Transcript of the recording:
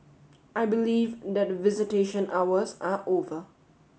I believe that visitation hours are over